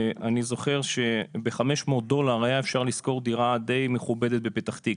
אני זוכר שב-500 דולר היה אפשר לשכור דירה די מכובדת בפתח תקווה.